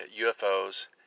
UFOs